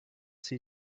sie